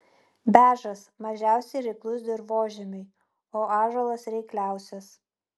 beržas mažiausiai reiklus dirvožemiui o ąžuolas reikliausias